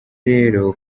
rero